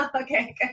okay